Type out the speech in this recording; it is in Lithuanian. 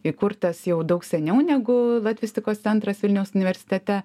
įkurtas jau daug seniau negu latvistikos centras vilniaus universitete